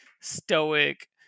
stoic